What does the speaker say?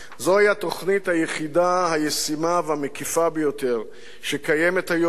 זוהי התוכנית היחידה הישימה והמקיפה ביותר שקיימת היום,